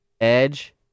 Edge